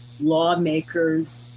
lawmakers